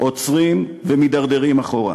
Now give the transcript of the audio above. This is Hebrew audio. עוצרים ומידרדרים אחורה.